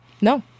No